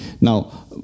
now